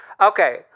okay